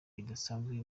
bidasanzwe